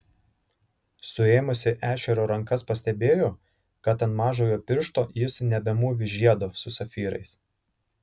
suėmusi ešerio rankas pastebėjo kad ant mažojo piršto jis nebemūvi žiedo su safyrais